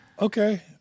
Okay